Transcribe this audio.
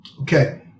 okay